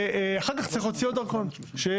ואחר כך צריך להוציא עוד דרכון קבוע.